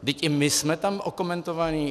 Vždyť i my jsme tam okomentovaní.